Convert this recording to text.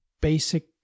basic